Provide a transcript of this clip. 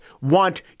want